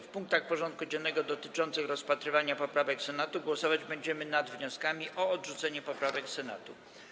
W punktach porządku dziennego dotyczących rozpatrywania poprawek Senatu głosować będziemy nad wnioskami o odrzucenie poprawek Senatu.